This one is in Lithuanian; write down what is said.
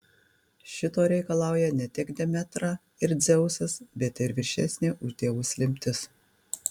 šito reikalauja ne tik demetra ir dzeusas bet ir viršesnė už dievus lemtis